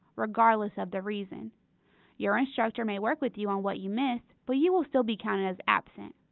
regardless of the reason your instructor may work with you on what you missed, but you will still be counted as absent!